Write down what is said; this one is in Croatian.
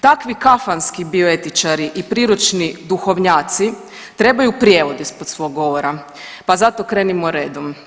Takvi kafanski bioetičari i priručni duhovnjaci trebaju prijevod ispod svog govora, pa zato krenimo redom.